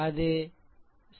அது 7